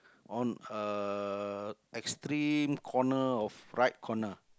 on uh extreme corner of right corner